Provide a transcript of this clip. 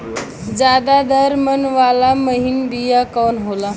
ज्यादा दर मन वाला महीन बिया कवन होला?